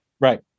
right